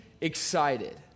excited